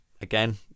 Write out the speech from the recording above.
again